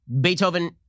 beethoven